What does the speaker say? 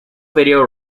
video